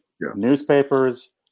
newspapers